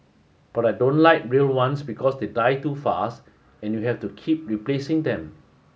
but I don't like real ones because they die too fast and you have to keep replacing them